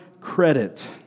credit